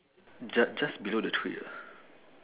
ju~ just below the tree ah